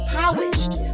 polished